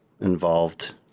involved